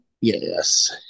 Yes